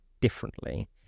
differently